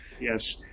Yes